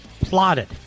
plotted